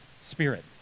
spirit